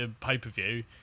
pay-per-view